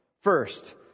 First